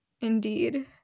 Indeed